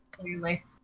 Clearly